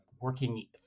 working